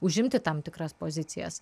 užimti tam tikras pozicijas